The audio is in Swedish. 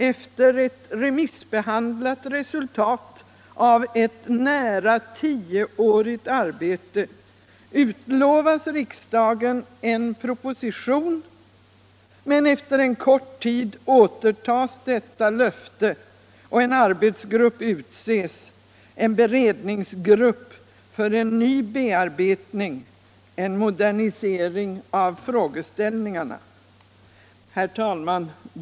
Efter ett remissbehandlat resultat av ett nära tioårigt arbete utlovas riksdagen en proposition, men efter en kort tid återtas detta löfte och en arbetsgrupp utses, en beredningsgrupp för en ny bearbetning, en modernisering av frågeställningarna. Herr talman!